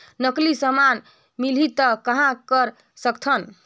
नकली समान मिलही त कहां कर सकथन?